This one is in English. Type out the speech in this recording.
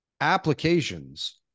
applications